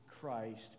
Christ